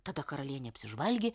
tada karalienė apsižvalgė